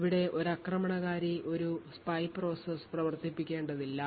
അവിടെ ഒരു ആക്രമണകാരി ഒരു spy process പ്രവർത്തിപ്പിക്കേണ്ടതില്ല